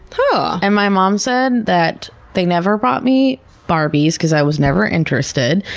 but and my mom said that they never brought me barbies because i was never interested.